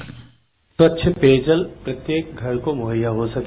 bite स्वच्छ पेयजल प्रत्येक घर को मुहैया हो सके